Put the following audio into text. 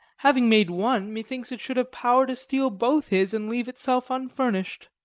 having made one, methinks it should have power to steal both his, and leave itself unfurnish'd